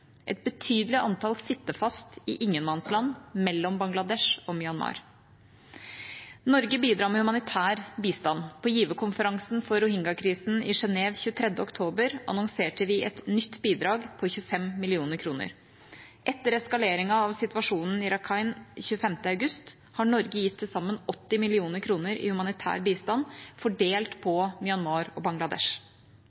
Et betydelig antall sitter fast i ingenmannsland mellom Bangladesh og Myanmar. Norge bidrar med humanitær bistand. På giverkonferansen for rohingya-krisen i Genève 23. oktober annonserte vi et nytt bidrag på 25 mill. kr. Etter eskaleringen av situasjonen i Rakhine 25. august har Norge gitt til sammen 80 mill. kr i humanitær bistand fordelt på